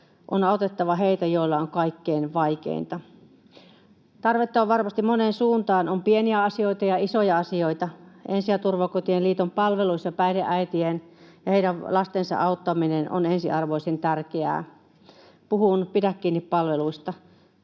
On autettava heitä, joilla on kaikkein vaikeinta. Tarvetta on varmasti moneen suuntaan, on pieniä asioita ja isoja asioita. Ensi‑ ja turvakotien liiton palveluissa päihdeäitien ja heidän lastensa auttaminen on ensiarvoisen tärkeää. Puhun Pidä kiinni ‑palveluista.